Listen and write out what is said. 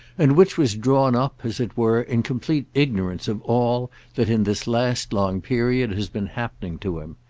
and which was drawn up, as it were, in complete ignorance of all that, in this last long period, has been happening to him.